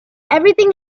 everything